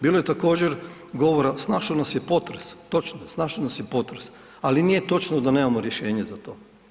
Bilo je također govora, snašao nas je potres, točno snašao nas je potres, ali nije točno da nemamo rješenje za to.